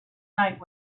night